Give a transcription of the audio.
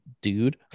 dude